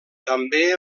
també